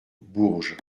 bourges